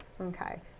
okay